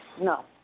No